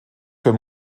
für